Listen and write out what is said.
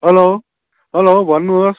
hello hello भन्नुहोस्